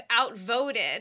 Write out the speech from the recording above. outvoted